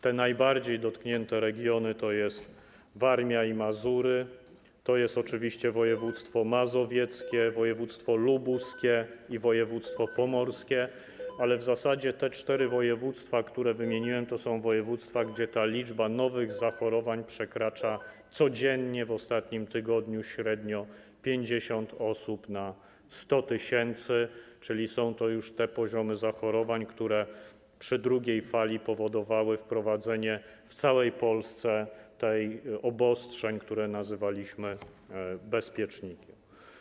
Te najbardziej dotknięte regiony to Warmia i Mazury, to są oczywiście województwa: mazowieckie, lubuskie i pomorskie, ale w zasadzie te cztery województwa, które wymieniłem, to są województwa, gdzie ta liczba nowych zachorowań codziennie w ostatnim tygodniu przekracza średnio 50 osób na 100 tys., czyli to są już poziomy zachorowań, które przy drugiej fali powodowały wprowadzenie w całej Polsce obostrzeń, które nazywaliśmy bezpiecznikiem.